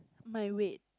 my wait